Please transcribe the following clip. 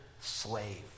slave